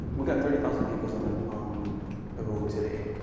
we got thirty thousand vehicles on the on the road today.